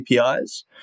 APIs